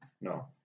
no